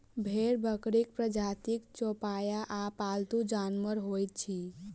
भेंड़ बकरीक प्रजातिक चौपाया आ पालतू जानवर होइत अछि